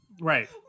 Right